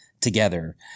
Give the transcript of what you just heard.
together